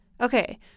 Okay